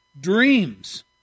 dreams